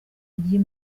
mijyi